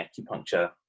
acupuncture